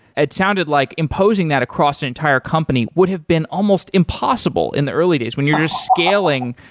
it sounded like imposing that across an entire company would have been almost impossible in the early days, when you're just scaling